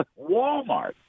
Walmart